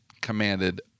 commanded